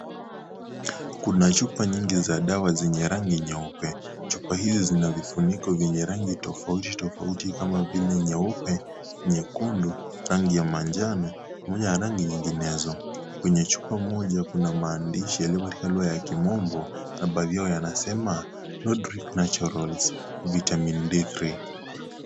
Kuna chupa nyingi za dawa zenye rangi nyeupe, chupa hizi zina vifuniko vyenye rangi tofauti tofauti kama vile nyeupe, nyekundu rangi ya manjano na rangi nyinginezo. Kwenye chupa kuna maandishi yaliyo katika lugha ya kimombo na baadhi yao yanasema nordic naturals vitamin B3 .